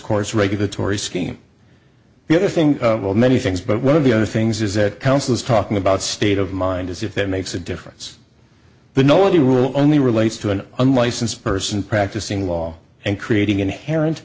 court's regulatory scheme the other thing well many things but one of the other things is that council is talking about state of mind as if that makes a difference but no new rule only relates to an unlicensed person practicing law and creating inherent